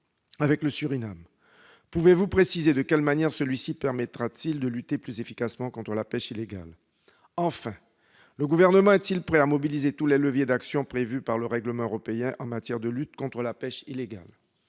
avec le Surinam, pouvez-vous préciser de quelle manière celui-ci permettra de lutter plus efficacement contre la pêche illégale ? Enfin, le Gouvernement est-il prêt à mobiliser tous les leviers d'action prévus par le règlement européen en matière de lutte contre la pêche illégale,